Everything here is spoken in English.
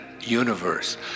universe